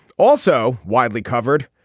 also widely covered.